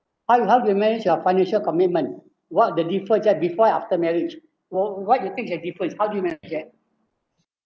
how how you manage your financial commitment what the differ just before and after marriage what what you think have differs how do you manage it